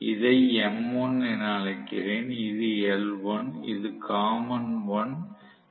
இதை M1 என அழைக்கிறேன் இது L1 இது காமன் 1 இது V1